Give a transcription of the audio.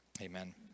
Amen